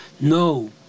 No